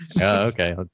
okay